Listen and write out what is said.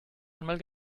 einmal